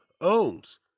owns